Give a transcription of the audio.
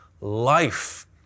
life